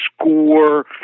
score